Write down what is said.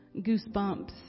goosebumps